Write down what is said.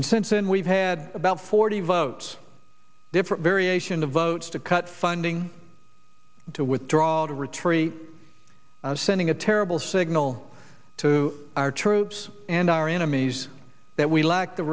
and since then we've had about forty votes different variations of votes to cut funding to withdraw to retreat sending a terrible signal to our troops and our enemies that we lack the